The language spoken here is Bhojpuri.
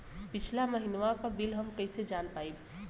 पिछला महिनवा क बिल हम कईसे जान पाइब?